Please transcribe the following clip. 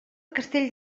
castell